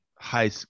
high